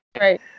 Right